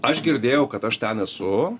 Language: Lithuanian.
aš girdėjau kad aš ten esu